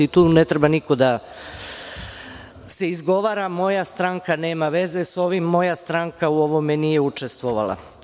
Tu ne treba niko da se izgovara - moja stranka nema veze sa ovim, moja stranka u ovome nije učestvovala.